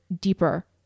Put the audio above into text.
deeper